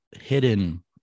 hidden